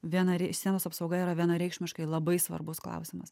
viena rei sienos apsauga yra vienareikšmiškai labai svarbus klausimas